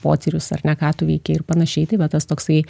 potyrius ar ne ką tu veikei ir panašiai tai va tas toksai